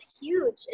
huge